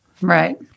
Right